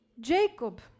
Jacob